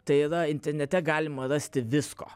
tai yra internete galima rasti visko